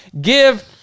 give